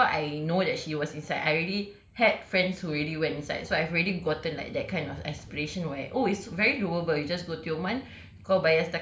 but even before I know that she was inside I already had friends who already went inside so I've already gotten like that kind of aspiration where oh it's very doable you just go tioman